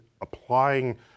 applying